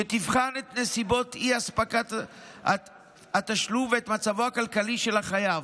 שתבחן את נסיבות האי-תשלום ואת מצבו הכלכלי של החייב,